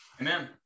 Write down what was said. Amen